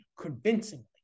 convincingly